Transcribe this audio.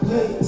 Hey